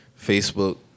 Facebook